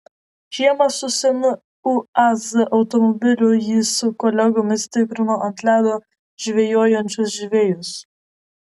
žiemą su senu uaz automobiliu jis su kolegomis tikrino ant ledo žvejojančius žvejus